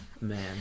man